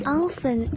often